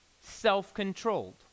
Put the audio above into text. self-controlled